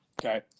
okay